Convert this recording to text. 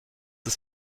ist